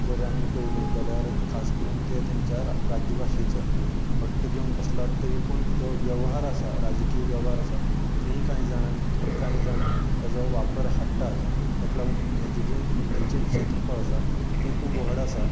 जर आमी पयलें जाल्यार खास करून तें तेंच्या राज्यभाशेचो हट्ट घेवन बसलात थंय पूण जो वेव्हार आसा राजकीय वेव्हार आसा थंय कांय जाण थंय कांय जाण तेजो वापर हाडटात तेका लागून हेजें जें हिंदीचें क्षेत्रफळ आसा तें खूब व्हड आसा